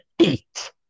eat